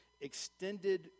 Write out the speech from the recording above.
extended